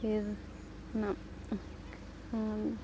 ᱯᱷᱤᱨ ᱚᱱᱟ ᱟᱨ